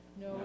No